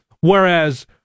Whereas